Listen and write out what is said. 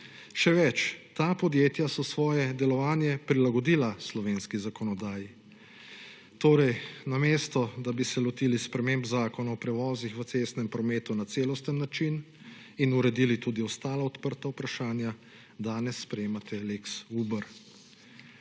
Še več, ta podjetja so svoje delovanje prilagodila slovenski zakonodaji. Torej, namesto, da bi se lotili sprememb Zakona o prevozih v cestnem prometu na celosten način in uredili tudi ostala odprta vprašanja, danes sprejemate lex Uber.